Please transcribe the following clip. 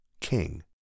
king